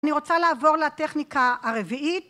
אני רוצה לעבור לטכניקה הרביעית.